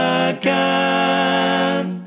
again